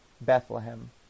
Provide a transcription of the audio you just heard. Bethlehem